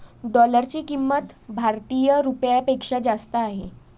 डॉलरची किंमत भारतीय रुपयापेक्षा जास्त आहे